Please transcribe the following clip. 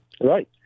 Right